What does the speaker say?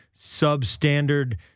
substandard